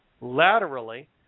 laterally